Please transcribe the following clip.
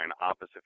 opposite